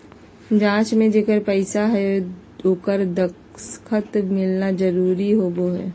जाँच में जेकर पैसा हइ ओकर दस्खत मिलना बहुत जरूरी होबो हइ